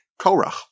Korach